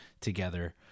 together